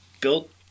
built